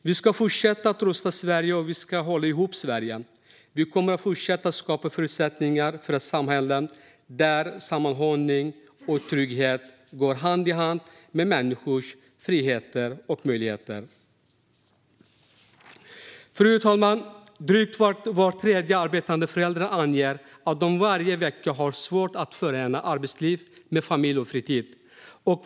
Vi ska fortsätta att rusta Sverige, och vi ska hålla ihop Sverige. Vi kommer att fortsätta att skapa förutsättningar för samhällen där sammanhållning och trygghet går hand i hand med människors friheter och möjligheter. Fru talman! Drygt var tredje arbetande förälder anger att de varje vecka har svårt att förena arbetsliv med familj och fritid.